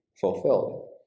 fulfilled